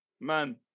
Man